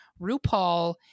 RuPaul